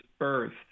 earth